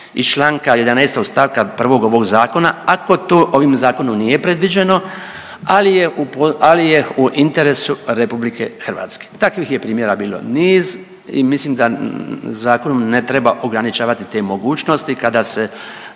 iz čl. 11 st. 1. ovog Zakona ako to ovim Zakonom nije predviđeno, ali je u interesu RH. Takvih je primjera bilo niz i mislim da zakonom ne treba ograničavati te mogućnosti kada se